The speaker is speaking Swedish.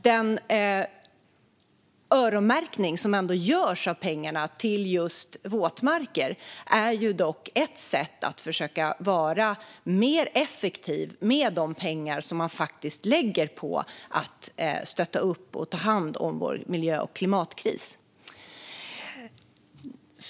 Den öronmärkning som görs av pengarna till just våtmarker är ett sätt att försöka vara mer effektiv med de pengar som läggs på att stötta upp och hantera vår miljö och klimatkris.